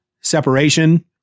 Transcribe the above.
separation